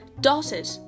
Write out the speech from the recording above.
dotted